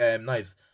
knives